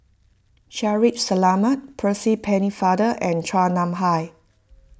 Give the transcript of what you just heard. Shaffiq Selamat Percy Pennefather and Chua Nam Hai